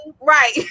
Right